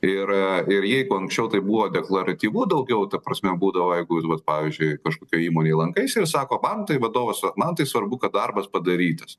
ir ir jeigu anksčiau tai buvo deklaratyvu daugiau ta prasme būdavo jeigu jūs pavyzdžiui kažkokioj įmonėj lankaisi ir sako man tai vadovas vat man tai svarbu kad darbas padarytas